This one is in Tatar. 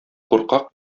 куркак